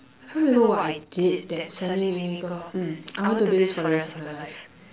I can't remember what I did that suddenly made me go hmm I want to do this for the rest of my life